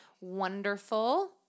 wonderful